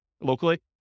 locally